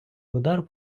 удар